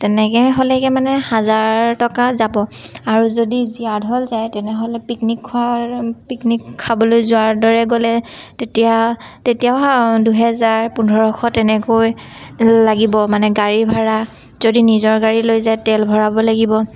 তেনেকৈ হ'লেগে মানে হাজাৰ টকা যাব আৰু যদি জীয়াঢল যায় তেনেহ'লে পিকনিক খোৱাৰ পিকনিক খাবলৈ যোৱাৰ দৰে গ'লে তেতিয়া তেতিয়া দুহেজাৰ পোন্ধৰশ তেনেকৈ লাগিব মানে গাড়ী ভাড়া যদি নিজৰ গাড়ী লৈ যায় তেল ভৰাব লাগিব